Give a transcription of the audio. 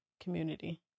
community